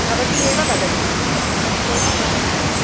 भवती एव वदतु भवती एव वदतु